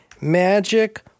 magic